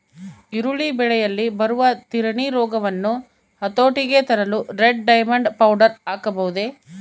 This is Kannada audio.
ಈರುಳ್ಳಿ ಬೆಳೆಯಲ್ಲಿ ಬರುವ ತಿರಣಿ ರೋಗವನ್ನು ಹತೋಟಿಗೆ ತರಲು ರೆಡ್ ಡೈಮಂಡ್ ಪೌಡರ್ ಹಾಕಬಹುದೇ?